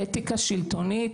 אתיקה שלטונית,